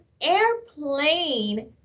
airplane